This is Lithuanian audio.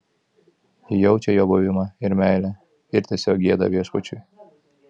ji jaučia jo buvimą ir meilę ir tiesiog gieda viešpačiui